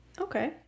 okay